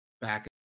back